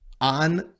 on